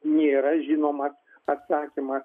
nėra žinomas atsakymas